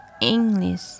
English